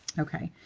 ok.